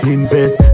Invest